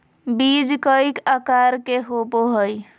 बीज कई आकार के होबो हइ